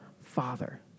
Father